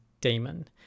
daemon